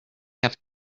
have